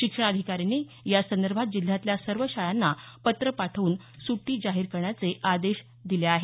शिक्षणाधिकाऱ्यांनी यासंदर्भात जिल्ह्यातल्या सर्व शाळांना पत्र पाठवून सुटी जाहीर करण्याचे आदेश दिले आहेत